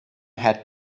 had